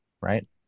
right